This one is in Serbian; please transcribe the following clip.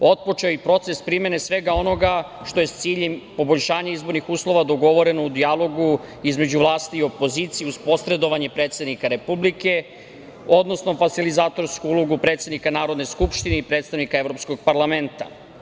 Otpočeo je i proces primene svega onoga što je s ciljem poboljšanja izbornih uslova dogovoreno u dijalogu između vlasti i opozicije, uz posredovanje predsednika Republike, odnosno facilitatorsku ulogu predsednika Narodne skupštine i predstavnika Evropskog parlamenta.